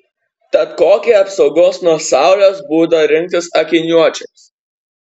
tad kokį apsaugos nuo saulės būdą rinktis akiniuočiams